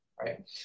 Right